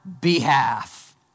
behalf